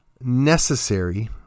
necessary